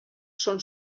són